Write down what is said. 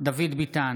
דוד ביטן.